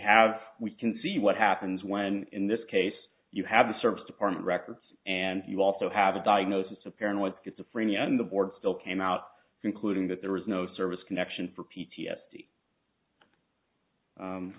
have we can see what happens when in this case you have the service department records and you also have a diagnosis of paranoid schizophrenia and the board still came out concluding that there was no service connection for p